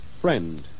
friend